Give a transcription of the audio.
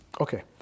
Okay